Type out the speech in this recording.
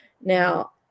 now